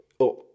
up